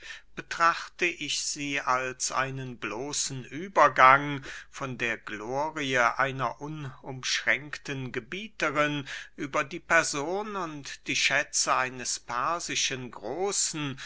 betrachte ich sie als einen bloßen übergang von der glorie einer unumschränkten gebieterin über die person und die schätze eines persischen großen